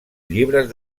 llibres